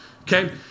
okay